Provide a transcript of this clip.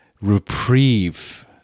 reprieve